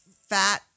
fat